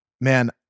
man